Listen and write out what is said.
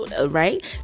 right